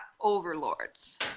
overlords